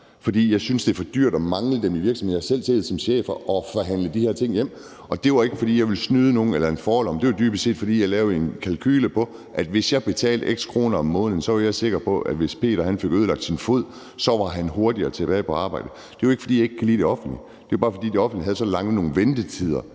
fordi jeg synes, det er for dyrt at mangle dem i virksomheden. Jeg har selv set det som chef og har forhandlet de her ting hjem. Det var ikke, fordi jeg ville snyde nogen eller give nogen en forlomme. Det er jo dybest set, fordi jeg lavede en kalkule: Hvis jeg betalte x antal kroner om måneden, var jeg sikker på, at hvis Peter fik ødelagt sin fod, var han hurtigere tilbage på arbejde. Det er jo ikke, fordi jeg ikke kan lide det offentlige. Det er bare, fordi det offentlige havde så lange ventetider